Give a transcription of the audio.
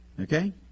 Okay